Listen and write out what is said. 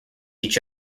each